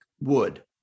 wood